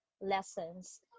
lessons